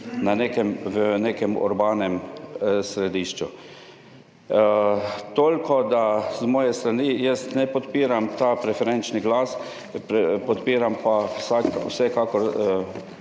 v nekem urbanem središču. Toliko, da z moje strani, jaz ne podpiram ta preferenčni glas, podpiram pa vsekakor